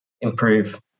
improve